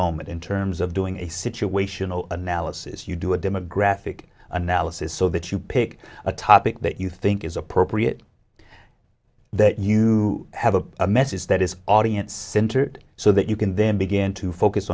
moment in terms of doing a situational analysis you do a demographic analysis so that you pick a topic that you think is appropriate that you have a message that is audience centered so that you can then begin to focus